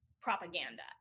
propaganda